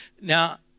Now